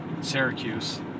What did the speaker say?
Syracuse